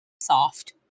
soft